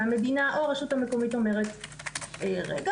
והמדינה או הרשות המקומית אומרת: רגע,